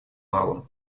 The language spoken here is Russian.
малым